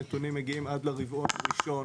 הנתונים מגיעים עד לרבעון הראשון